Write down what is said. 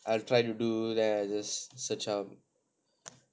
I'll try to do then I just search up